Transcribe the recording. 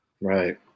Right